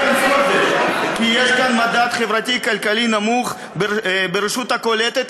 כי יש כאן מדד חברתי-כלכלי נמוך ברשות הקולטת.